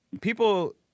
people